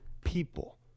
people